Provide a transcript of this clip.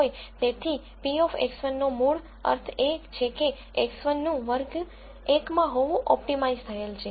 તેથી p of X1 નો મૂળ અર્થ એ છે કે X1 નું વર્ગ 1 હોવું ઓપ્ટિમાઇઝ થયેલ છે